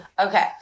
Okay